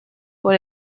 por